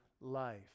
life